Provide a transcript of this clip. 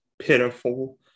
pitiful